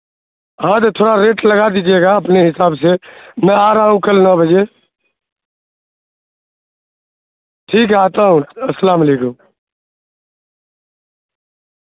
ہاں تو تھوڑا ریٹ لگا دیجیے گا اپنے حساب سے میں آ رہا ہوں کل نو بجے ٹھیک ہے آتا ہوں السّلام علیکم